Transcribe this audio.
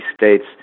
states